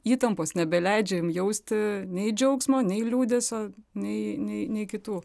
įtampos nebeleidžia jum jausti nei džiaugsmo nei liūdesio nei nei nei kitų